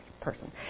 person